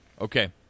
Okay